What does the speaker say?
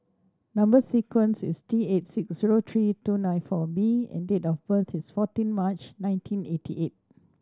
number sequence is T eight six zero three two nine four B and date of birth is fourteen March nineteen eighty eight